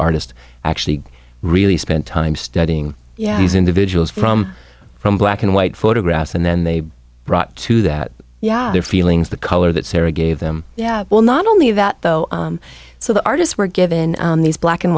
artist actually really spent time studying yabbies individuals from from black and white photographs and then they brought to that yeah their feelings the color that sarah gave them yeah well not only that though so the artists were given these black and